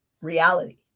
reality